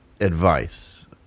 advice